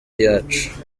iyacu